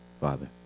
Father